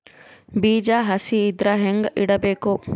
ಬೀಜ ಹಸಿ ಇದ್ರ ಹ್ಯಾಂಗ್ ಇಡಬೇಕು?